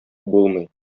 булмый